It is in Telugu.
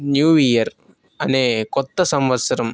న్యూ ఇయర్ అనే కొత్త సంవత్సరం